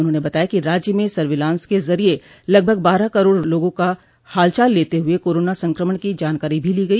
उन्होंने बताया कि राज्य में सर्विलांस के जरिये लगभग बारह करोड़ लोगों का हालचाल लेते हुए कोरोना संक्रमण की जानकारी भी ली गई